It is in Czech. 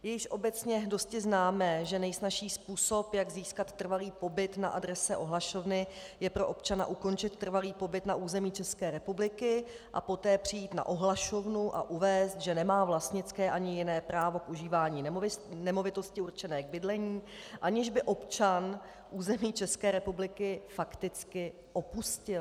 Je již obecně dosti známé, že nejsnazší způsob, jak získat trvalý pobyt na adrese ohlašovny, je pro občana ukončit trvalý pobyt na území České republiky a poté přijít na ohlašovnu a uvést, že nemá vlastnické ani jiné právo k užívání nemovitosti určené k bydlení, aniž by občan území České republiky fakticky opustil.